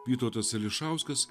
vytautas ališauskas